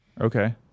okay